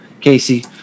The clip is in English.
Casey